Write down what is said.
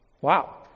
Wow